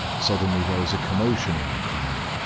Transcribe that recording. suddenly there is a commotion in the crowd,